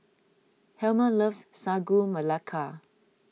Helmer loves Sagu Melaka